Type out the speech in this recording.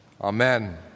Amen